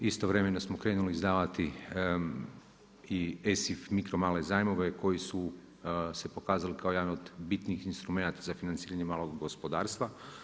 Istovremeno smo krenuli izdavati i ESIF mikro male zajmove koji su se pokazali kao jedan od bitniji instrumenata za financiranje malog gospodarstva.